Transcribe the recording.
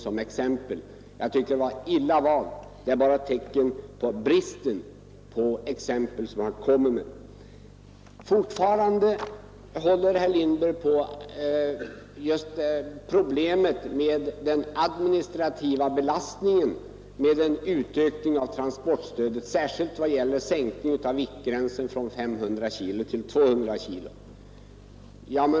Jag tycker att det var illa valt, och det är ett tecken på bristen på exempel. Herr Lindberg uppehåller sig fortfarande vid problemet med den administrativa belastningen vid en utökning av transportstödet — särskilt när det gäller en sänkning av viktgränsen från 500 kilo till 200 kilo.